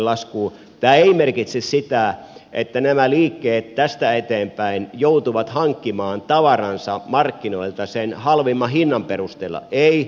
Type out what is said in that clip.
tämä ei merkitse sitä että nämä liikkeet tästä eteenpäin joutuvat hankkimaan tavaransa markkinoilta sen halvimman hinnan perusteella ei